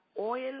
oil